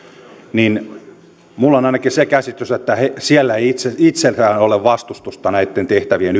ainakin minulla on se käsitys että heillä itsellään ei ole vastustusta näitten tehtävien